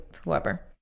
whoever